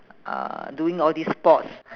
uh doing all these sports